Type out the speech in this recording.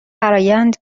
فرآیند